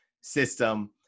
system